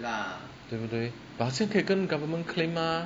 对不对 but 现在可以跟 government claim mah